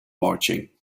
marching